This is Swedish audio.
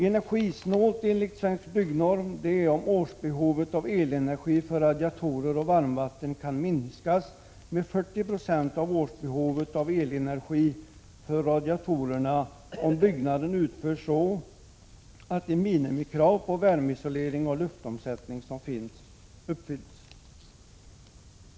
Energisnålt är enligt Svensk byggnorm om årsbehovet av elenergi för radiatorer och varmvatten kan minskas med 40 96 av årsbehovet av elenergi för radiatorerna om byggnaden utförts så att de minimikrav på värmeisolering och luftomsättning som finns uppfylls.